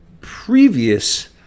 previous